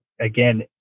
again